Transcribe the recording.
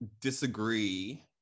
disagree